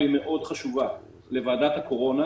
והיא חשובה מאוד לוועדת הקורונה,